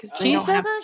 Cheeseburgers